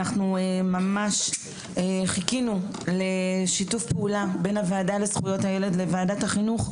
אנחנו ממש חיכינו לשיתוף פעולה בין הוועדה לזכויות הילד לוועדת החינוך,